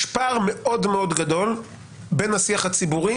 יש פער מאוד מאוד גדול בין השיח הציבורי